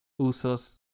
Usos